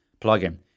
plugin